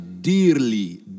dearly